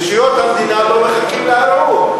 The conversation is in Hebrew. רשויות המדינה לא מחכות לערעור.